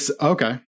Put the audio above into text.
Okay